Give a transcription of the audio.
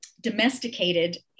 domesticated